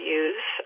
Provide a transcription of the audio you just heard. use